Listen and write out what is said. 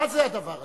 מה זה הדבר הזה?